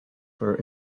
for